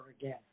again